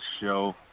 show